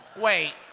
Wait